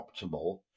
optimal